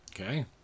Okay